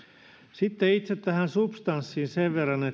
sitten itse tähän substanssiin sen verran